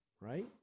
right